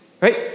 right